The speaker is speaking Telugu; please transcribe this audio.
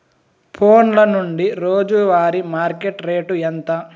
ఫోన్ల నుండి రోజు వారి మార్కెట్ రేటు ఎంత?